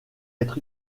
être